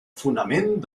fonament